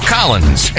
Collins